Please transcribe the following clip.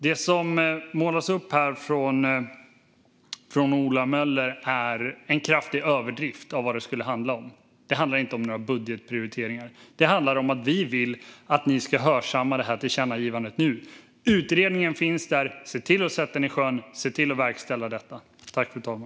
Det som målas upp här från Ola Möller är en kraftig överdrift av vad det skulle handla om. Det handlar inte om några budgetprioriteringar; det handlar om att vi vill att ni ska hörsamma tillkännagivandet nu. Utredningen finns där. Se till att sätta den i sjön, och se till att verkställa detta!